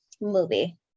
movie